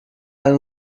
ein